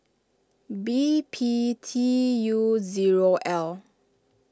B P T U zero L